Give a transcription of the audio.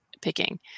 picking